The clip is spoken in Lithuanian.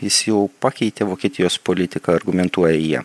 jis jau pakeitė vokietijos politiką argumentuoja jie